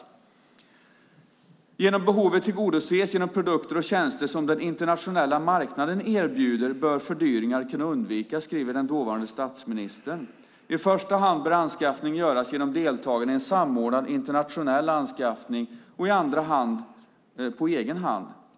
Den dåvarande statsministern skrev: "Genom att behovet tillgodoses av de produkter och tjänster som den internationella marknaden erbjuder bör fördyringar kunna undvikas. I första hand bör en anskaffning göras genom deltagande i samordnad internationell anskaffning och i andra hand på egen hand.